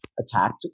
attacked